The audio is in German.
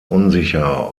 unsicher